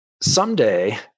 someday